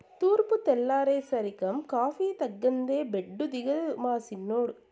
తూర్పు తెల్లారేసరికం కాఫీ తాగందే బెడ్డు దిగడు మా సిన్నోడు